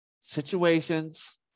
situations